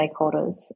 stakeholders